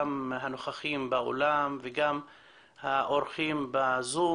גם הנוכחים באולם וגם האורחים בזום